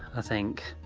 i think.